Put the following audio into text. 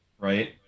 right